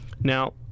Now